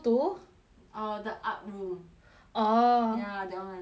err the art room orh ya that [one] isn't that the boy